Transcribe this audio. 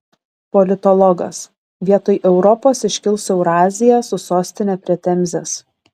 politologas vietoj europos iškils eurazija su sostine prie temzės